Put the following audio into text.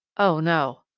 oh, no!